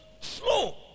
slow